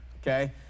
okay